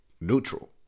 neutral